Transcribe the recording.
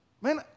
Man